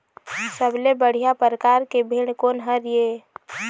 सबले बढ़िया परकार के भेड़ कोन हर ये?